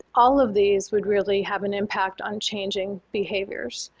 all of these would really have an impact on changing behaviors,